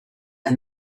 and